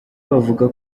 bavuga